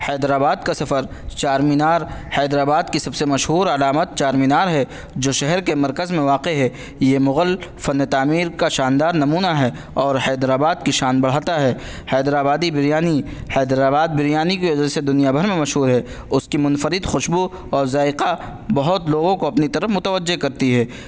حیدرآباد کا سفر چار مینار حیدرآباد کی سب سے مشہور علامت چار مینار ہے جو شہر کے مرکز میں واقع ہے یہ مغل فن تعمیر کا شاندار نمونہ ہے اور حیدرآباد کی شان بڑھاتا ہے حیدرآبادی بریانی حیدرآباد بریانی کی وجہ سے دنیا بھر میں مشہور ہے اس کی منفرد خوشبو اور ذائقہ بہت لوگوں کو اپنی طرف متوجہ کرتی ہے